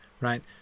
right